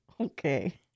Okay